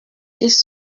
ils